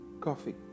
coffee